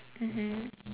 mmhmm